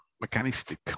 mechanistic